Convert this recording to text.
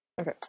Okay